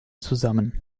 zusammen